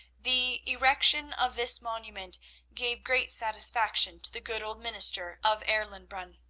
the erection of this monument gave great satisfaction to the good old minister of erlenbrunn.